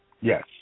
yes